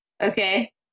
Okay